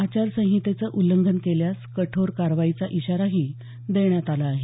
आचारसंहितेचं उल्लंघन केल्यास कठोर कारवाईचा इशाराही देण्यात आले आहेत